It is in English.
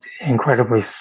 incredibly